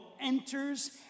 enters